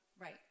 right